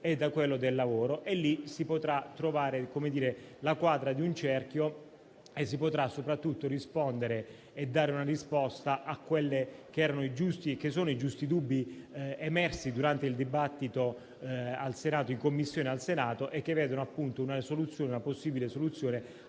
e da quello del lavoro, dove si potrà trovare la quadra del cerchio e soprattutto rispondere e dare una risposta ai giusti dubbi emersi durante il dibattito in Commissione al Senato, che vedono una possibile soluzione